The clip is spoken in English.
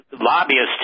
lobbyists